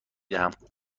دهم